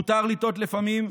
מותר לטעות לפעמים,